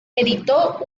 editó